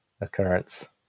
occurrence